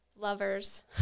lovers